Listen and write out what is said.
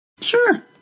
Sure